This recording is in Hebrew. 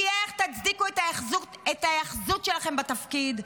כי איך תצדיקו את ההיאחזות שלכם בתפקיד?